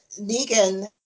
Negan